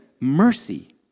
Mercy